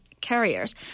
carriers